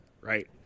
Right